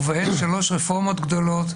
ובהם שלוש רפורמות גדולות,